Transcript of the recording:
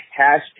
Hashtag